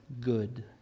good